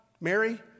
Mary